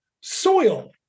soil